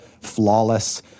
flawless